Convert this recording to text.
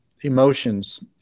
emotions